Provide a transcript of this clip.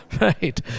right